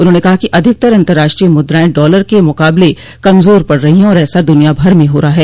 उन्होंन कहा कि अधिकतर अंतर्राष्ट्रीय मुद्रायें डॉलर के मुकाबले कमजोर पड़ रही हैं और ऐसा दुनियाभर में हो रहा है